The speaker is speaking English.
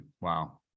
Wow